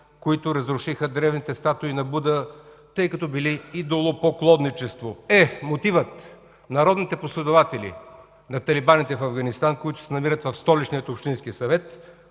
които разрушиха древните статуи на Буда, тъй като били идолопоклонничество? Е, мотивът на родните последователи на талибаните в Афганистан, които се намират в Столичния общински съвет